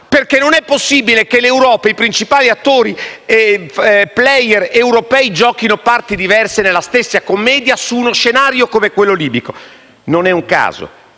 perché non è possibile che i principali attori o *player* europei giochino parti diverse nella stessa commedia su uno scenario come quello libico. Non è un caso